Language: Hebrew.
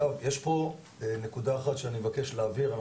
יש פה נקודה אחת שאני מבקש להבהיר,